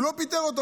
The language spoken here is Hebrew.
הוא לא פיטר אותו.